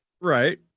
Right